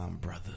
brother